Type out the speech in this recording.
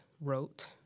wrote